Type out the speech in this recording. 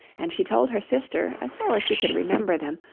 and she told her sister, as well as she could remember them,